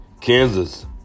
Kansas